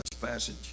passage